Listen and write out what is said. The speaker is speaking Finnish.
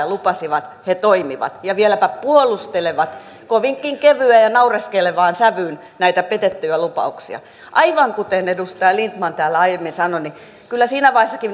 lupasivat he toimivat ja vieläpä puolustelevat kovinkin kevyeen ja naureskelevaan sävyyn näitä petettyjä lupauksia aivan kuten edustaja lindtman täällä aiemmin sanoi niin kyllä siinä vaiheessakin